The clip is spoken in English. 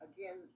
Again